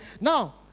Now